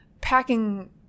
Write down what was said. packing